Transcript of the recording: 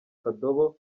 kadobo